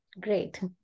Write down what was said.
great